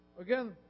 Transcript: Again